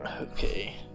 Okay